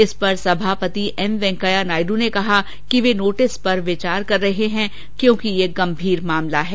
इस पर सभापति एम वेंकैया नायडू ने कहा कि वे नोटिस पर विचार कर रहे हैं क्योंकि ये गंभीर मामला है